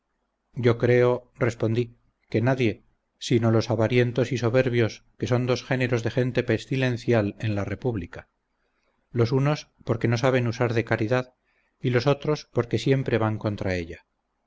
yo creo respondí que nadie si no son los avarientos y los soberbios que son dos géneros de gente pestilencial en la república los unos porque no saben usar de caridad y los otros porque siempre van contra ella